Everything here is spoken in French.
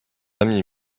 ami